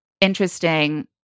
interesting